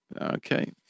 Okay